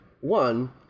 One